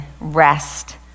rest